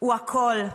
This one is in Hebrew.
הוא הכול,